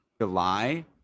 july